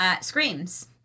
screams